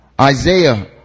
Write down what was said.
Isaiah